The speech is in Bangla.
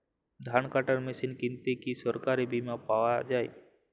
ধান কাটার মেশিন কিনতে কি সরকারী বিমা পাওয়া যায়?